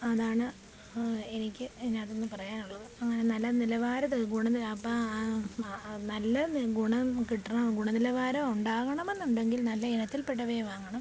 അതാണ് എനിക്ക് ഇതിനാത്തിന്നും പറയാനുള്ളത് അങ്ങനെ നല്ല നിലവാരത ഗുണനില നല്ല ഗുണം കിട്ടണം നല്ല ഗുണനിലവാരം ഉണ്ടാകണമെന്നുണ്ടെങ്കിൽ നല്ല ഇനത്തിൽ പെട്ടവയെ വാങ്ങണം